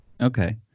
okay